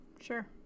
Sure